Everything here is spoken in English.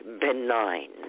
benign